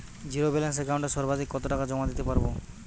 Zero balance একাউন্টে সর্বাধিক কত টাকা জমা দিতে পারব?